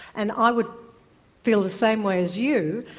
and i would feel the same way as you,